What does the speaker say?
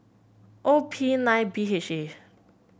O P nine B H A